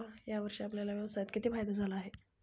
या वर्षी आपल्याला व्यवसायात किती फायदा झाला आहे?